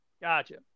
Gotcha